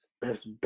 best